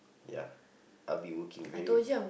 ya I'll be working really